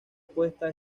opuesta